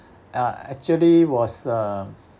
I actually was um